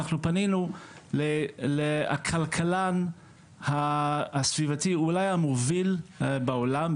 אנחנו פנינו לכלכלן הסביבתי אולי המוביל בעולם,